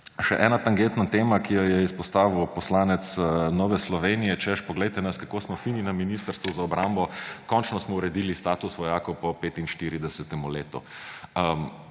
Še ena tangentna tema, ki jo je izpostavil poslanec Nove Slovenije, češ poglejte nas, kako smo fini na Ministrstvu za obrambo, končno smo uredili status vojakov po 45. letu.